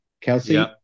kelsey